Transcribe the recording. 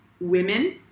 women